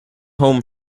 home